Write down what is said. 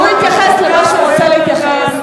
הוא יתייחס למה שהוא רוצה להתייחס.